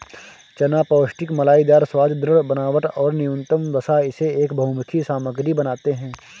चना पौष्टिक मलाईदार स्वाद, दृढ़ बनावट और न्यूनतम वसा इसे एक बहुमुखी सामग्री बनाते है